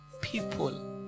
people